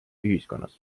ühiskonnas